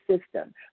system